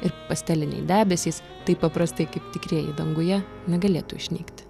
ir pasteliniai debesys taip paprastai kaip tikrieji danguje negalėtų išnykti